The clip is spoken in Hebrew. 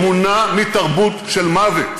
הטרור מונע מתרבות של מוות.